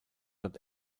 dort